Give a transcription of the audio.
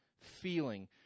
feeling